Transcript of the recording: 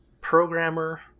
programmer